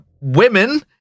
women